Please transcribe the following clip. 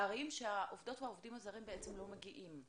ערים שהעובדות והעובדים הזרים בעצם לא מגיעים.